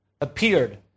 appeared